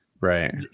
right